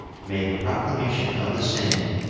make proclamation of the same,